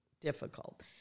difficult